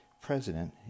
president